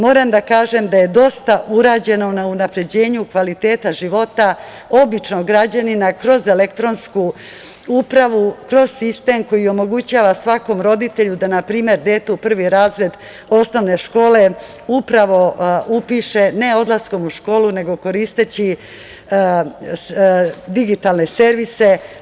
Moram da kažem da je dosta urađeno na unapređenju kvaliteta života običnog građanina kroz elektronsku upravu, kroz sistem koji omogućava svakom roditelju da na primer dete u prvi razred osnovne škole upravo upiše ne odlaskom u školu nego koristeći digitalne servise.